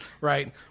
right